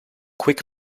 quick